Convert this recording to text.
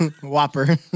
whopper